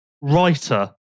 writer